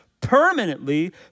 permanently